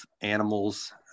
animals